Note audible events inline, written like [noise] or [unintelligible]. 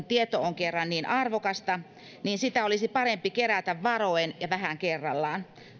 [unintelligible] tieto on kerran niin arvokasta niin sitä olisi parempi kerätä varoen ja vähän kerrallaan